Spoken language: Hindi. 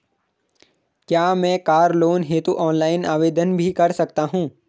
क्या मैं कार लोन हेतु ऑनलाइन आवेदन भी कर सकता हूँ?